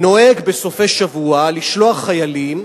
נוהג בסופי שבוע לשלוח חיילים,